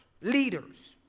leaders